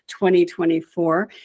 2024